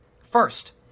First